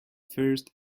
first